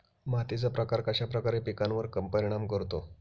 मातीचा प्रकार कश्याप्रकारे पिकांवर परिणाम करतो?